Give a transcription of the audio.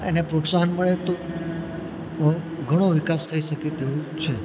અને પ્રોત્સાહન મળે તો તો ઘણો વિકાસ થઈ શકે તેમ છે